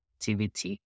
activity